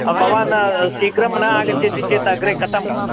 भवान् शीघ्रं न आगच्छति चेत् अग्रे कथम्